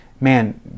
man